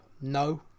No